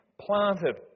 planted